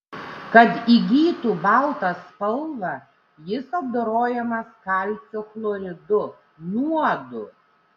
kad įgytų baltą spalvą jis apdorojamas kalcio chloridu nuodu